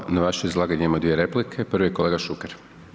Hvala, na vaše izlaganje imamo dvije replike, prvi je kolega Šuker.